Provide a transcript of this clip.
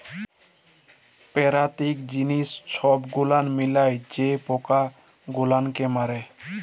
পেরাকিতিক জিলিস ছব গুলাল মিলায় যে পকা গুলালকে মারে